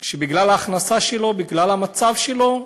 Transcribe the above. שבגלל ההכנסה שלו, בגלל המצב שלו,